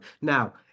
Now